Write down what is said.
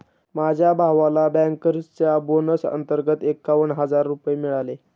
माझ्या भावाला बँकर्सच्या बोनस अंतर्गत एकावन्न हजार रुपये मिळाले